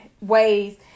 ways